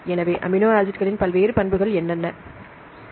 எனவே அமினோ ஆசிட்களின் பல்வேறு பண்புகள் யாவை